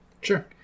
Sure